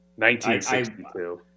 1962